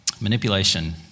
Manipulation